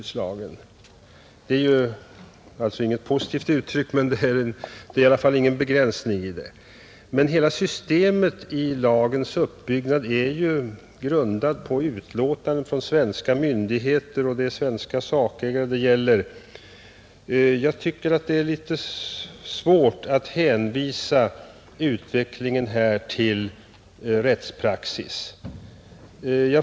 Det är inget positivt uttryck, men det är i alla fall ingen begränsning i det. Hela systemet i lagens uppbyggnad är emellertid grundat på utlåtanden från svenska myndigheter och det är svenska sakägare det gäller. Jag tycker att det är litet svårt att hänvisa utvecklingen här till rättspraxis.